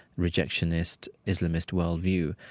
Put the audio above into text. rejectionist, islamist worldview.